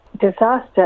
disaster